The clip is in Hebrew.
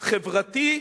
חברתי,